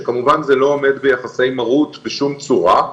שכמובן זה לא עומד ביחסי מרות בשום צורה,